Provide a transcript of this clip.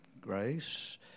grace